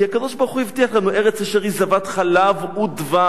כי הקדוש-ברוך-הוא הבטיח לנו: "ארץ אשר היא זבת חלב ודבש".